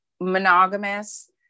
monogamous